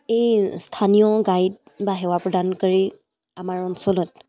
এই স্থানীয় গাইড বা সেৱা প্ৰদানকাৰী আমাৰ অঞ্চলত